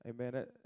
Amen